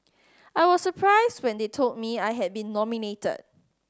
I was surprised when they told me I had been nominated